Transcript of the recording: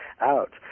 out